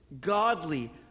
godly